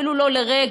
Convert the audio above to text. אפילו לא לרגע,